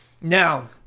Now